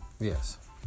Yes